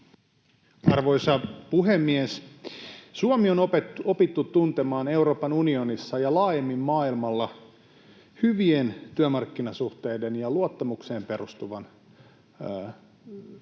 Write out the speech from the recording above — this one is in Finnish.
Arvoisa puhemies! Suomi on opittu tuntemaan Euroopan unionissa ja laajemmin maailmalla hyvien työmarkkinasuhteiden ja luottamukseen perustuvan